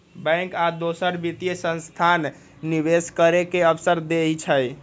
bank आ दोसर वित्तीय संस्थान निवेश करे के अवसर देई छई